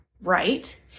right